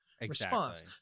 response